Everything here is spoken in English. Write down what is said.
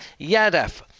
Yadav